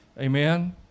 Amen